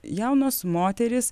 jaunos moterys